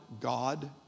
God